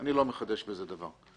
ואני לא מחדש בזה דבר.